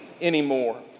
anymore